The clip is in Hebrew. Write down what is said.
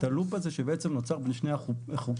הלופ הזה שבעצם נוצר בין שני החוקים,